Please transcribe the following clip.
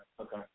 okay